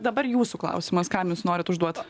dabar jūsų klausimas kam jūs norite užduoti